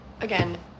again